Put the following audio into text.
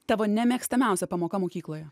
tavo nemėgstamiausia pamoka mokykloje